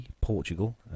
Portugal